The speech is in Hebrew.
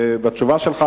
בתשובה שלך,